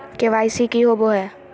KYC की होबो है?